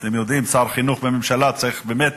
אתם יודעים, שר חינוך בממשלה צריך באמת